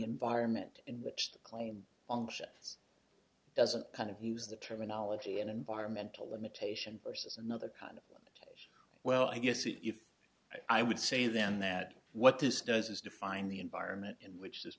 environment in which the claim is doesn't kind of he was the terminology an environmental limitation versus another kind of well i guess if i would say then that what this does is define the environment in which this